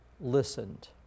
listened